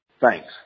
Thanks